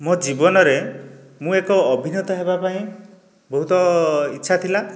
ମୋ ଜୀବନରେ ମୁଁ ଏକ ଅଭିନତା ହେବାପାଇଁ ବହୁତ ଇଚ୍ଛା ଥିଲା